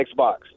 Xbox